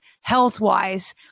health-wise